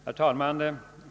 Herr talman!